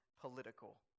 political